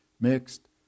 mixed